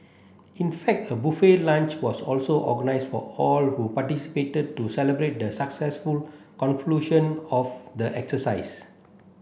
in fact a buffet lunch was also organised for all who participated to celebrate the successful conclusion of the exercise